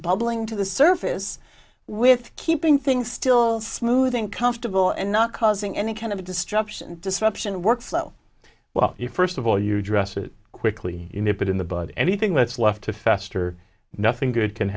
bubbling to the surface with keeping things still smooth uncomfortable and not causing any kind of destruction disruption workflow well you first of all you dress it quickly nip it in the bud anything that's left to fester nothing good can